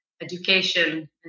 education